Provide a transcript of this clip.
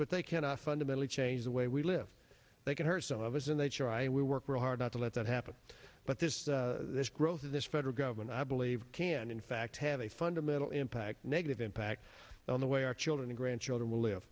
but they cannot fundamentally change the way we live they can hurt some of us in the h r i we work very hard not to let that happen but this this growth of this federal government i believe can in fact have a fundamental impact negative impact on the way our children and grandchildren will live